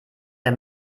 der